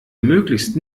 möglichst